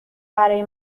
برای